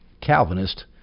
Calvinist